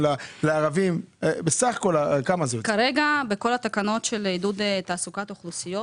בכל התקנות של עידוד תעסוקת אוכלוסיות